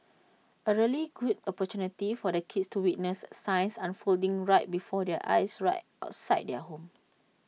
A really good opportunity for the kids to witness science unfolding right before their eyes right outside their home